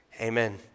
Amen